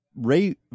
Ray